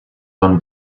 run